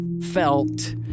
felt